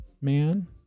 man